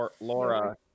Laura